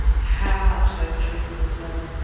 how much those children would learn.